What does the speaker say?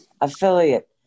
affiliate